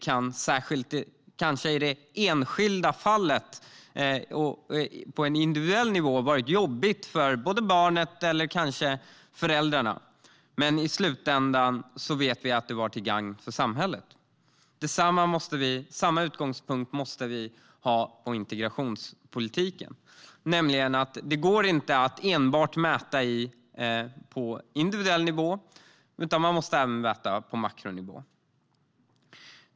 Kanske var det på individuell nivå jobbigt för barnet eller föräldrarna, men i slutändan var det till gagn för samhället. Samma utgångspunkt måste vi ha i integrationspolitiken. Det går inte att mäta enbart på individuell nivå, utan man måste även mäta på makronivå.